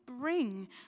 bring